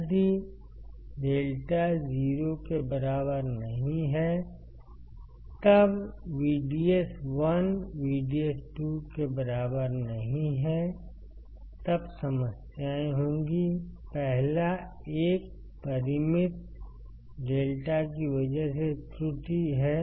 यदि λ 0 के बराबर नहीं है तब VDS1 VDS2 के बराबर नहीं है तब समस्याएं होंगी पहला एक परिमित λ की वजह से त्रुटि है